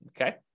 Okay